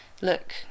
look